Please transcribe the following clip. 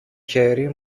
χέρι